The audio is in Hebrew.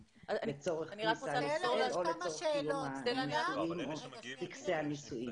לצורך כניסה לישראל או לצורך קיום הנישואים או טקסי הנישואים.